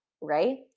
right